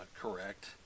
correct